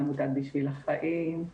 לעמותת בשביל החיים,